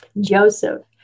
Joseph